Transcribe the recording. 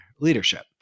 leadership